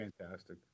fantastic